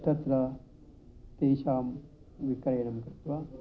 तत्र तेषां विक्रयणं कृत्वा